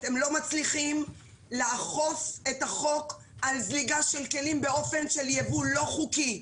אתם לא מצליחים לאכוף את החוק על זליגה של כלים באופן של ייבוא לא חוקי.